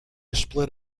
split